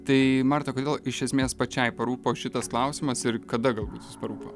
tai marta kodėl iš esmės pačiai parūpo šitas klausimas ir kada galbūt jis parūpo